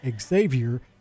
Xavier